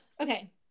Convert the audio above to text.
Okay